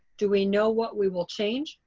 do we know what we will change?